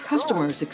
customers